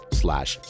slash